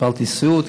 קיבלתי סיעוד,